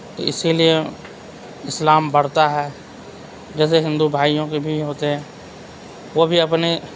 تو اسی لیے اسلام بڑھتا ہے جیسے ہندو بھائیوں کے بھی ہوتے ہیں وہ بھی اپنی